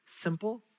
simple